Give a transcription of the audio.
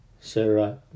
Sarah